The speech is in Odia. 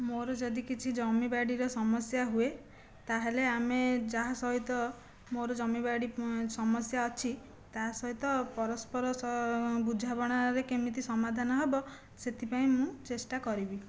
ମୋର ଯଦି କିଛି ଜମି ବାଡ଼ିର ସମସ୍ୟା ହୁଏ ତାହେଲେ ଆମେ ଯାହା ସହିତ ମୋର ଜମି ବାଡ଼ି ସମସ୍ୟା ଅଛି ତା ସହିତ ପରସ୍ପର ସହ ବୁଝାମଣାରେ କେମିତି ସମାଧାନ ହେବ ସେଥିପାଇଁ ମୁଁ ଚେଷ୍ଟା କରିବି